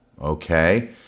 Okay